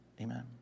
Amen